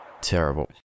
terrible